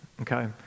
Okay